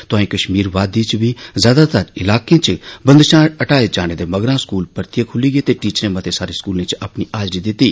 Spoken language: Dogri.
तोआई कश्मीर वादी च बी ज्यादातर इलाकें च बंदशां हटाए जाने दे मगरा स्कूल परतिये खुल्ली गे ते टीचरें मते सारें स्कूलें च अपनी हाजरी दिती